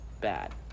bad